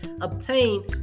obtain